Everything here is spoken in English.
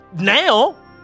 Now